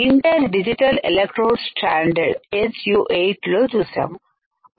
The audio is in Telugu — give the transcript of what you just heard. inter digital electrode standard S U 8 లో చూసాము